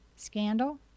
scandal